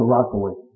Rockaway